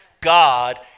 God